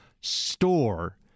store